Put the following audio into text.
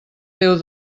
déu